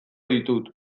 ditut